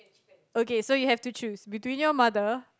okay so you have to choose between your mother